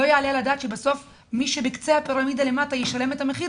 לא יעלה על הדעת שבסוף מי שבקצה הפירמידה למטה ישלם את המחיר